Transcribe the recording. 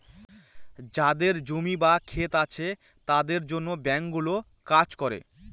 যাদের জমি বা ক্ষেত আছে তাদের জন্য ব্যাঙ্কগুলো কাজ করে